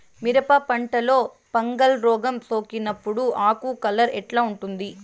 మిరప పంటలో ఫంగల్ రోగం సోకినప్పుడు ఆకు కలర్ ఎట్లా ఉంటుంది?